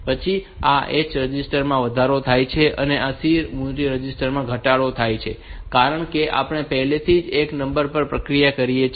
પછી આ H register માં વધારો થાય છે અને આ C મૂલ્ય રજિસ્ટર માં ઘટાડો થાય છે કારણ કે આપણે પહેલેથી જ એક નંબર પર પ્રક્રિયા કરી છે